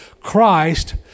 Christ